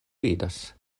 vidas